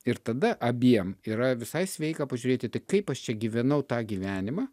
ir tada abiem yra visai sveika pažiūrėti tai kaip aš čia gyvenau tą gyvenimą